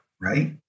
Right